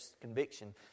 conviction